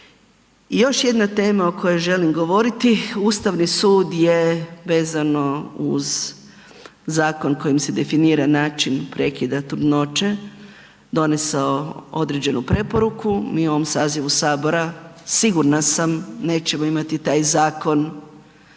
još jedna tema o kojoj želim govoriti, Ustavni sud je vezano uz zakon kojim se definira način prekida trudnoće donesao određenu preporuku, mi u ovom sazivu HS sigurna sam nećemo imati taj zakon